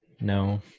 no